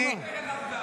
אתה לא אומר אמת.